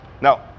Now